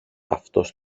αυτός